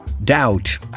Doubt